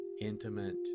intimate